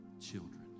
children